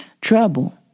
Trouble